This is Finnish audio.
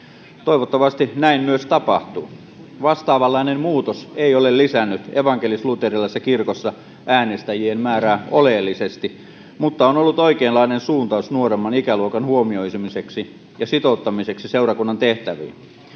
Toivottavasti näin myös tapahtuu. Vastaavanlainen muutos ei ole lisännyt evankelis-luterilaisessa kirkossa äänestäjien määrää oleellisesti mutta on ollut oikeanlainen suuntaus nuoremman ikäluokan huomioimiseksi ja sitouttamiseksi seurakunnan tehtäviin.